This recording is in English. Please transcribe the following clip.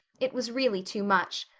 it was really too much.